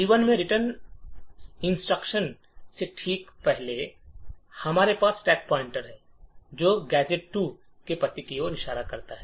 G1 में return instruction से ठीक पहले हमारे पास स्टैक पॉइंटर है जो गैजेट 2 के पते की ओर इशारा करता है